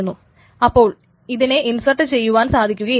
അപ്പോൾ ഇതിനെ ഇൻസർട്ട് ചെയ്യുവാൻ സാധിക്കുകയില്ല